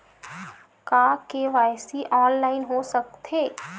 का KYC online हो सकथे?